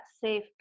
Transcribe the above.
safe